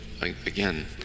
again